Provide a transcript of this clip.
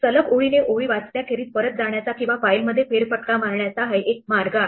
सलग ओळीने ओळी वाचण्याखेरीज परत जाण्याचा किंवा फाईलमध्ये फेरफटका मारण्याचा हा एक मार्ग आहे